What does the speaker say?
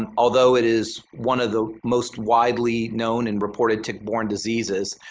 and although it is one of the most widely known and reported tick-borne diseases,